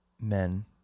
men